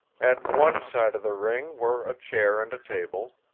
at one side of the ring were a chair and a table,